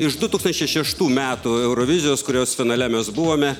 iš du tūkstančiai šeštų metų eurovizijos kurios finale mes buvome